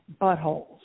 buttholes